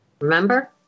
Remember